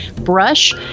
brush